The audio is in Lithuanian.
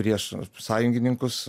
prieš sąjungininkus